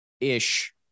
ish